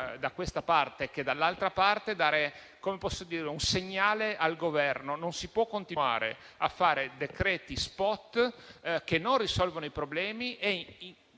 da questa che dall'altra parte, dovrebbe dare un segnale al Governo. Non si può continuare a fare decreti *spot*, che non risolvono i problemi,